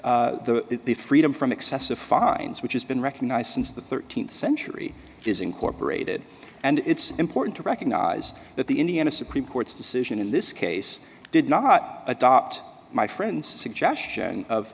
whether the freedom from excessive fines which has been recognized since the thirteenth century is incorporated and it's important to recognize that the indiana supreme court's decision in this case did not adopt my friend suggestion of